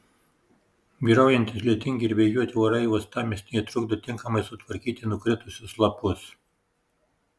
vyraujantys lietingi ir vėjuoti orai uostamiestyje trukdo tinkamai sutvarkyti nukritusius lapus